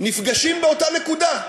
נפגשים באותה נקודה: